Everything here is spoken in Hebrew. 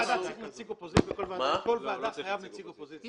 בכל ועדה חייב להיות נציג אופוזיציה.